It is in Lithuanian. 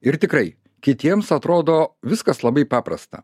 ir tikrai kitiems atrodo viskas labai paprasta